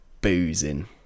boozing